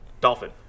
Dolphin